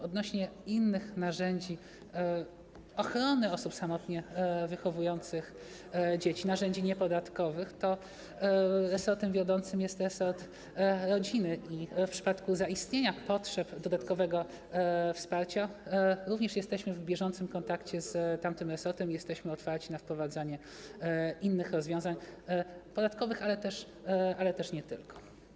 Odnośnie do innych narzędzi ochrony osób samotnie wychowujących dzieci, narzędzi niepodatkowych, to resortem wiodącym jest resort rodziny i w przypadku zaistnienia potrzeb dodatkowego wsparcia również jesteśmy w bieżącym kontakcie z tamtym resortem i jesteśmy otwarci na wprowadzanie innych rozwiązań podatkowych, ale też nie tylko.